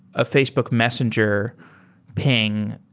a facebook messenger ping,